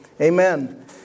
Amen